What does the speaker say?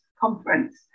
conference